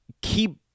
keep